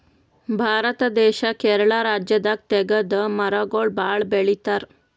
ಭಾರತ ದೇಶ್ ಕೇರಳ ರಾಜ್ಯದಾಗ್ ತೇಗದ್ ಮರಗೊಳ್ ಭಾಳ್ ಬೆಳಿತಾರ್